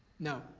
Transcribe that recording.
no,